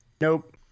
Nope